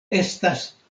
estas